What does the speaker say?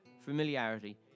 familiarity